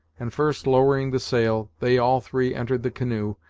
and first lowering the sail, they all three entered the canoe,